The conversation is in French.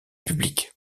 public